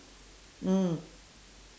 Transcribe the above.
mm